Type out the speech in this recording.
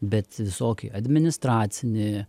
bet visokį administracinį